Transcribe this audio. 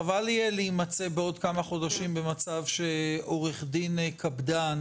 חבל יהיה להימצא בעוד כמה חודשים במצב שעורך דין קפדן